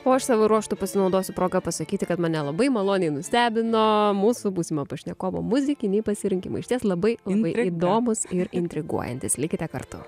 o aš savo ruožtu pasinaudosiu proga pasakyti kad mane labai maloniai nustebino mūsų būsimo pašnekovo muzikiniai pasirinkimai išties labai jums įdomūs ir intriguojantys likite kartu